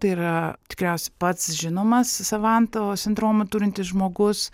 tai yra tikriausiai pats žinomas savanto sindromą turintis žmogus